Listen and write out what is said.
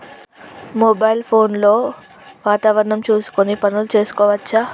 Mobile phone లో వాతావరణం చూసుకొని పనులు చేసుకోవచ్చా?